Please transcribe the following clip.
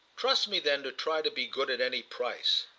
trust me then to try to be good at any price!